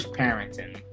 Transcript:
parenting